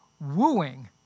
wooing